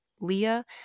Leah